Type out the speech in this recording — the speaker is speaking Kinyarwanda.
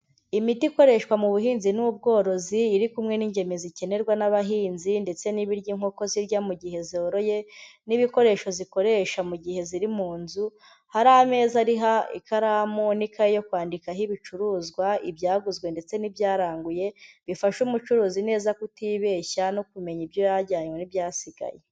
Imiti ikoreshwa mu buhinzi n'ubworozi, iri kumwe n'ingemwe zikenerwa n'abahinzi ndetse n'ibiryo inkoko zirya mu gihe zoroye, n'ibikoresho zikoresha mu gihe ziri mu nzu, hari ameza ariho ikaramu n'ikayi yo kwandikaho ibicuruzwa, ibyaguzwe ndetse n'ibyaranguye, bifasha umucuruzi neza kutibeshya no kumenya ibyo yajyanye n'ibyasigaye.